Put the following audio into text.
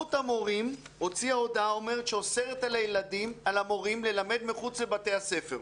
הסתדרות המורים הוציאה הודעה שאוסרת על המורים ללמד מחוץ לבתי הספר.